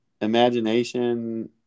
imagination